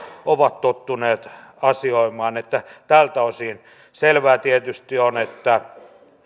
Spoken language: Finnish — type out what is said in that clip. ovat tottuneet asioimaan että tältä osin selvää tietysti on että